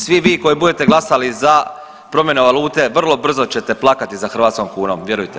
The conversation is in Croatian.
Svi vi koji budete glasali za promjenu valute vrlo brzo ćete plakati za hrvatskom kunom, vjerujte mi.